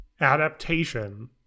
adaptation